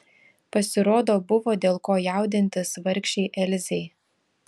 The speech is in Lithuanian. pasirodo buvo dėl ko jaudintis vargšei elzei